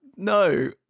no